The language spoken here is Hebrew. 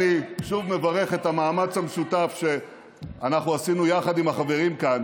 אני שוב מברך על המאמץ המשותף שאנחנו עשינו יחד עם החברים כאן